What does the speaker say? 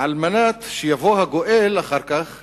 על מנת שיבוא הגואל אחר כך